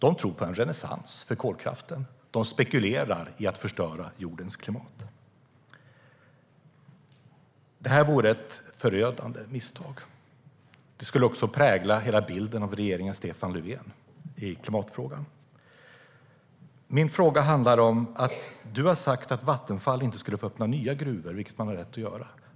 De tror på en renässans för kolkraften. De spekulerar i att förstöra jordens klimat. Detta vore ett förödande misstag. Det skulle också prägla hela bilden av regeringen Stefan Löfven i klimatfrågan. Du har sagt att Vattenfall inte skulle få öppna nya gruvor, vilket man har rätt att göra.